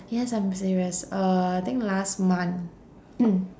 yes I'm serious uh I think last month